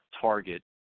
target